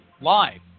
live